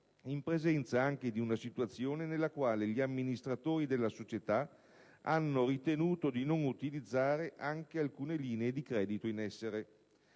in presenza anche di una situazione nella quale gli amministratori della società hanno ritenuto di non utilizzare anche alcune linee di credito in essere.